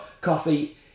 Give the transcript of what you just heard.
coffee